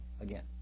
again